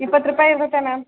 ಇಪ್ಪತ್ತು ರೂಪಾಯಿ ಇರುತ್ತೆ ಮ್ಯಾಮ್